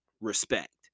respect